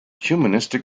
humanistic